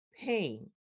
pain